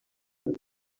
iki